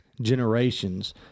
generations